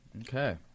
Okay